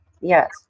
Yes